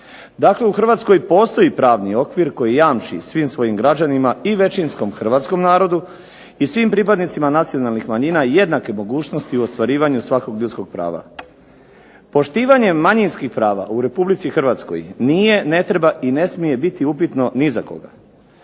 Dakle, u Hrvatskoj postoji pravni okvir koji jamči svim svojim građanima i većinskom hrvatskom narodu i svim pripadnicima nacionalnih manjina jednake mogućnosti ostvarivanja svakog ljudskog prava. Poštivanje manjinskih prava u RH nije ne treba i ne smije biti upitno ni za koga.